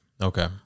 Okay